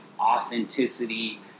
authenticity